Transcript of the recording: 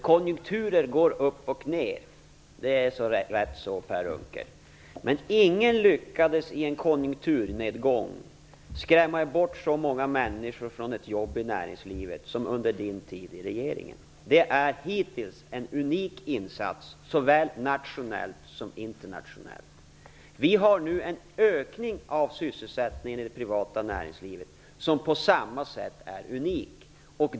Herr talman! Det är rätt, Per Unckel, att konjunkturer går upp och ned. Men ingen har i en konjunkturnedgång lyckats skrämma bort så många människor från jobb i näringslivet som man gjorde under Per Unckels tid i regeringsställning. Det är hittills en unik insats, såväl nationellt som internationellt. Vi har nu en ökning av sysselsättningen i det privata näringslivet som på samma sätt är unik.